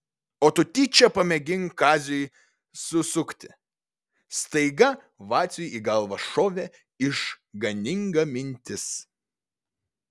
o tu tyčia pamėgink kaziui susukti staiga vaciui į galvą šovė išganinga mintis